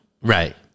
Right